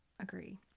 agree